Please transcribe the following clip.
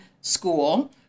school